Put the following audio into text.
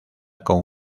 con